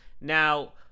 now